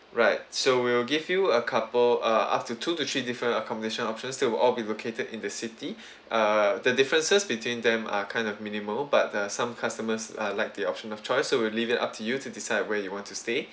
right so we'll give you a couple uh up to two to three different accommodation options it will all be located in the city err the differences between them are kind of minimal but there are some customers uh like the option of choice so we'll leave it up to you to decide where you want to stay